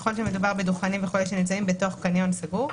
ככל שמדובר בדוכנים וכולי שנמצאים בתוך קניון סגור,